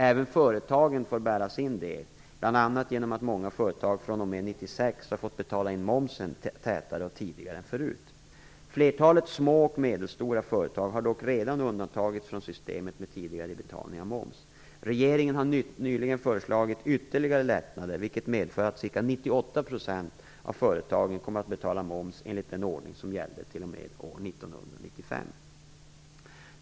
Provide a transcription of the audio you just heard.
Även företagen får bära sin del, bl.a. genom att många företag fr.o.m. 1996 har fått betala in momsen tätare och tidigare än förut. Flertalet små och medelstora företag har dock redan undantagits från systemet med tidigare betalning av moms. Regeringen har nyligen föreslagit ytterligare lättnader, vilket medför att ca 98 % av företagen kommer att betala moms enligt den ordning som gällde t.o.m. år 1995.